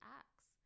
acts